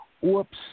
whoops